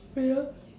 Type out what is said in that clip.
oh ya